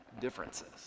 differences